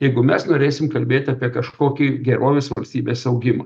jeigu mes norėsim kalbėt apie kažkokį gerovės valstybės augimą